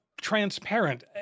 transparent